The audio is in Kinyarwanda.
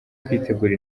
kwitegura